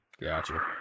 Gotcha